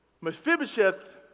Mephibosheth